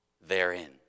therein